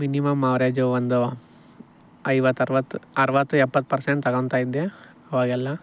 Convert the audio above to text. minimum average ಒಂದು ಐವತ್ತು ಅರ್ವತ್ತು ಅರ್ವತ್ತು ಎಪ್ಪತ್ತು ಪರ್ಸೆಂಟ್ ತಗೊಳ್ತಾಯಿದ್ದೆ ಅವಾಗೆಲ್ಲ